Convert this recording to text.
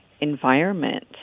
environment